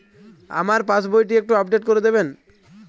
আমার পাসবই টি একটু আপডেট করে দেবেন?